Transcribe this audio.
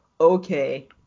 okay